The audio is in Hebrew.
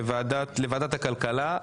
ואני מאוד שמחתי,